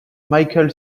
michael